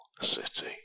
city